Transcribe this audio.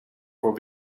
voor